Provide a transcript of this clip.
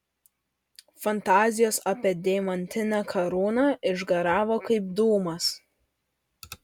fantazijos apie deimantinę karūną išgaravo kaip dūmas